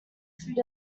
food